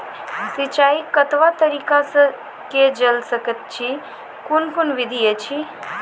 सिंचाई कतवा तरीका सअ के जेल सकैत छी, कून कून विधि ऐछि?